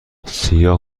سیاه